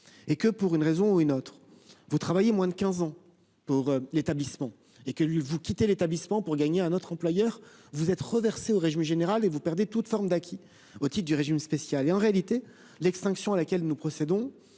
et si, pour une raison ou une autre, vous y travaillez moins de quinze ans, lorsque vous quittez l'établissement pour rejoindre un autre employeur, vous êtes reversé au régime général et vous perdez toute forme d'acquis au titre du régime spécial. En réalité, l'extinction à laquelle nous procédons